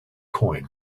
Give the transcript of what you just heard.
coin